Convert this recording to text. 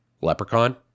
leprechaun